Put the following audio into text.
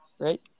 right